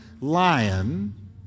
lion